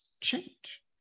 change